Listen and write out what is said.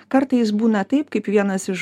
kartais būna taip kaip vienas iš